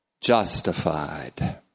justified